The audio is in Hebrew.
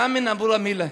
יאמן אבו רמילה,